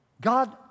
God